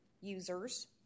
users